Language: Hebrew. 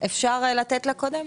אפשר לתת לה לדבר קודם?